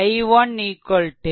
i1 i1 0